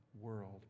world